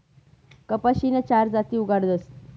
कपाशीन्या चार जाती उगाडतस